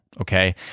okay